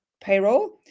payroll